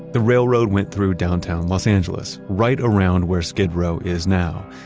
the railroad went through downtown los angeles right around where skid row is now.